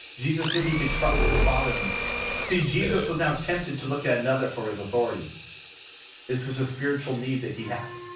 jesus knew he could trust his father in this see jesus was now tempted to look at another for his authority this was a spiritual need that he had